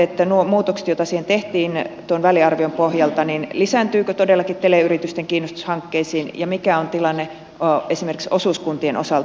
kun nuo muutokset siihen tehtiin tuon väliarvion pohjalta miten nyt näette lisääntyykö todellakin teleyritysten kiinnostus hankkeisiin ja mikä on tilanne esimerkiksi osuuskuntien osalta